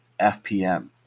FPM